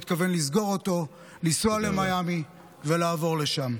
הוא מתכוון לסגור אותו, לנסוע למיאמי ולעבור לשם.